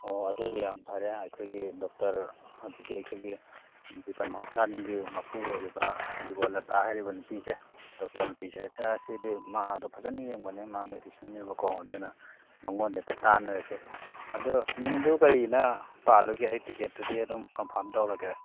ꯑꯣ ꯑꯗꯨꯗꯤ ꯌꯥꯝ ꯐꯔꯦ ꯑꯩꯈꯣꯏꯒꯤ ꯗꯣꯛꯇꯔ ꯍꯧꯖꯤꯛꯀꯤ ꯑꯩꯈꯣꯏꯒꯤ ꯖꯤꯕꯟ ꯍꯣꯁꯄꯤꯇꯥꯜꯒꯤ ꯃꯄꯨ ꯑꯣꯏꯔꯤꯕ ꯖꯤꯕꯣꯜꯂꯇꯥ ꯍꯥꯏꯔꯤꯕ ꯅꯨꯄꯤꯁꯦ ꯗꯣꯛꯇꯔ ꯅꯨꯄꯤꯁꯦ ꯁꯤꯗꯤ ꯃꯥꯗꯣ ꯐꯖꯅ ꯌꯦꯡꯕꯅꯤ ꯃꯥ ꯃꯦꯗꯤꯁꯤꯟꯅꯦꯕꯀꯣ ꯑꯗꯨꯅ ꯃꯉꯣꯟꯗ ꯍꯦꯛꯇ ꯇꯥꯅꯔꯁꯦ ꯑꯗꯨ ꯃꯤꯡꯗꯨ ꯀꯔꯤꯑꯅ ꯄꯥꯜꯂꯨꯒꯦ ꯇꯤꯀꯦꯠꯇꯨꯗꯤ ꯑꯗꯨꯝ ꯀꯝꯐꯥꯝ ꯇꯧꯔꯒꯦ